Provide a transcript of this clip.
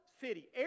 city